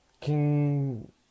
King